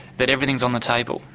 that everything's on the table.